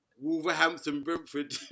Wolverhampton-Brentford